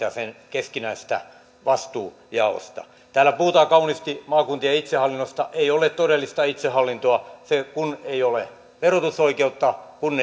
ja sen keskinäisestä vastuujaosta täällä puhutaan kauniisti maakuntien itsehallinnosta ei ole todellista itsehallintoa kun ei ole verotusoikeutta kun